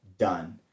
done